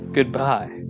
Goodbye